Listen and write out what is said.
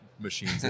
Machines